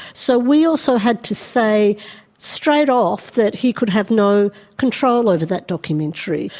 so we also had to say straight off that he could have no control over that documentary.